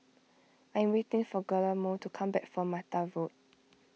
I am waiting for Guillermo to come back from Mata Road